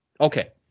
Okay